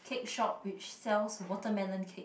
cake shop which sells watermelon cake